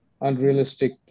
unrealistic